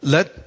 Let